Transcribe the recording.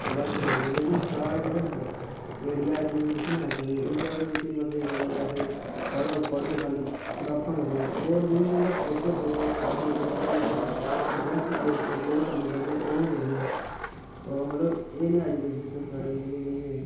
develop करग लेकिन साढ़ा जेह्का इंडिया दा एजुकेशन सिसटम ऐ ओह् एह् जेहा नीं ऐ पढो पढो खाली कितांबा गै पढो ओह् एह् नीं कि ओह् करना केह् चाह्ंदे ते उंदा फोकस केह् ऐ इंट्रस्ट केह् कोह्का कम्म करना ओह् नीं दिखदे मतलव एह् नेहा एजुकेशन सिसटम साढै इंडियां च नी ऐ